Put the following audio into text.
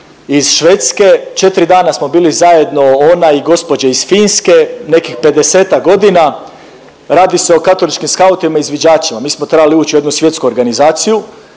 iz Švedske, 4 dana smo bili zajedno, ona i gospođe iz Finske, nekih 50-tak godina, radi se o katoličkim skautima, izviđačima, mi smo trebali uć u jednu svjetsku organizaciju